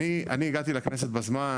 אני הגעתי לכנסת בזמן.